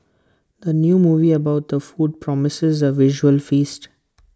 the new movie about the food promises A visual feast